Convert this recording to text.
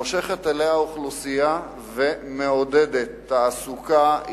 מושכת אליה אוכלוסייה ומעודדת תעסוקה,